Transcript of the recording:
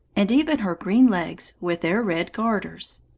and even her green legs with their red garters.